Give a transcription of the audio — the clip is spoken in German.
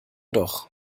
doch